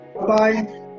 Bye-bye